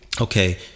okay